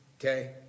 okay